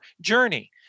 journey